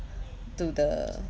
to the